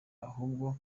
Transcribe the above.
ahubwo